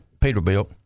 Peterbilt